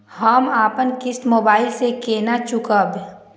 हम अपन किस्त मोबाइल से केना चूकेब?